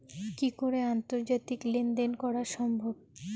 কি করে আন্তর্জাতিক লেনদেন করা সম্ভব?